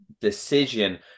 decision